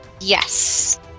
Yes